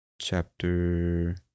Chapter